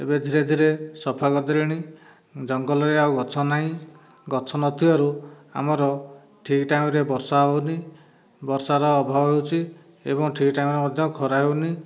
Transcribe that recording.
ଏବେ ଧୀରେ ଧୀରେ ସଫା କରିଦେଲେଣି ଜଙ୍ଗଲରେ ଆଉ ଗଛ ନାହିଁ ଗଛ ନଥିବାରୁ ଆମର ଠିକ୍ ଟାଇମରେ ବର୍ଷା ହେଉନି ବର୍ଷାର ଅଭାବ ହେଉଛି ଏବଂ ଠିକ ଟାଇମରେ ମଧ୍ୟ ଖରା ବି ହେଉନି